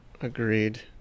Agreed